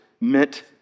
meant